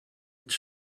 its